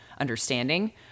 understanding